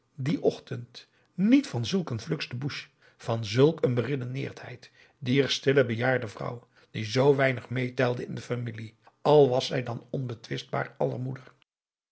dien ochtend niet van zulk een flux de bouche van zulk een beredeneerdheid dier stille bejaarde vrouw die zoo weinig meetelde in de familie al was zij dan ook onbetwist aller moeder